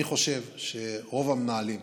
אני חושב שרוב המנהלים,